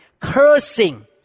Cursing